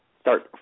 start